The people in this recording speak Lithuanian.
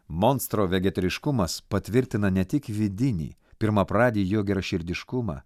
monstro vegetariškumas patvirtina ne tik vidinį pirmapradį jo geraširdiškumą